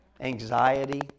anxiety